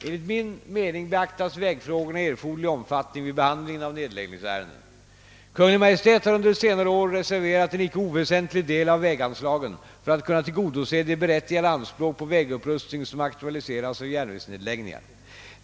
Enligt min mening beaktas vägfrågorna i erforderlig omfattning vid behandlingen av nedläggningsärenden. Kungl. Maj:t har under senare år reserverat en icke oväsentlig del av väganslagen för att kunna tillgodose de berättigade anspråk på vägupprustning som aktualiseras av järnvägsnedläggningar.